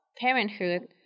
parenthood